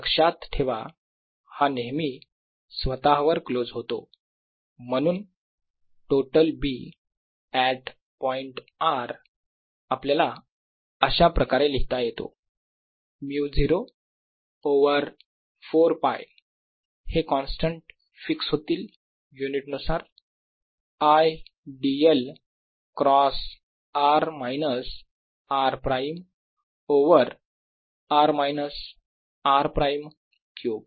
लक्षात ठेवा हा नेहमी स्वतःवर क्लोज होतो म्हणून total B at point r आपल्याला अशाप्रकारे लिहिता येतो μ0 ओवर 4 π हे कॉन्स्टन्स फिक्स होतील युनिट नुसार I dl cross r minus r prime over r minus r prime cube